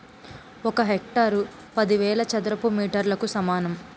ఒక హెక్టారు పదివేల చదరపు మీటర్లకు సమానం